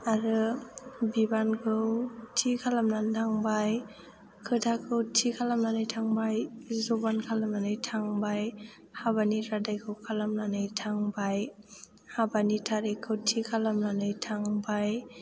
आरो बिबानखौ थि खालामनानै थांबाय खोथाखौ थि खालामनानै थांबाय जबान खालामनानै थांबाय हाबानि रादायखौ खालामनानै थांबाय हाबानि तारिखखौ थि खालामनानै थांबाय